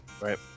Right